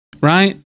Right